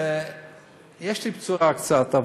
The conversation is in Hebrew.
יש לי בשורה קצת,